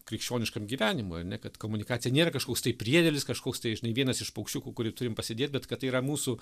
krikščioniškam gyvenimui ar ne kad komunikacija nėra kažkoks tai priedėlis kažkoks tai žinai vienas iš paukščiukų kurį turim pasidėt bet kad tai yra mūsų